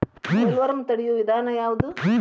Bollworm ತಡಿಯು ವಿಧಾನ ಯಾವ್ದು?